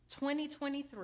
2023